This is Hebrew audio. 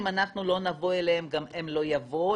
אם אנחנו לא נבוא אליהם גם הם לא יבואו,